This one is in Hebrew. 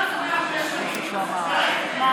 שכחתם דברים מאוד